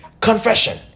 Confession